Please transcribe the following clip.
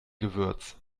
gewürz